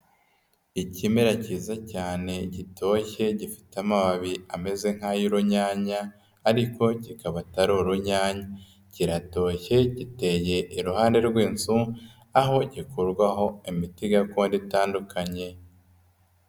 Ikimera cyiza cyane gitoshye gifite amababi ameze nk'ay'urunyanya ariko kikaba atari urunyanya, kiratoshye giteye iruhande rw'inzu aho gikurwaho imiti gakondo itandukanye.